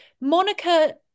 Monica